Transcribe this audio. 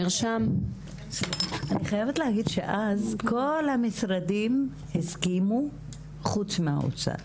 אני חייבת להגיד שאז כל המשרדים הסכימו חוץ מהאוצר,